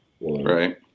right